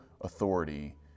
authority